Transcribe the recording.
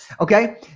Okay